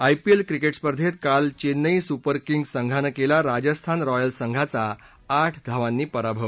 IPL cricket स्पर्धेत काल Chennai super kings संघानं केला राजस्थान रॉयल्स संघाचा आठ धावांनी पराभव